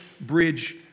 bridge